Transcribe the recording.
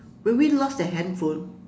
when we lost that handphone